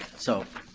so.